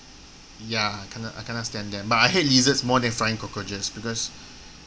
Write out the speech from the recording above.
ya I canno~ cannot stand them but I hate lizards more than flying cockroaches because